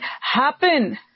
happen